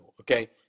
Okay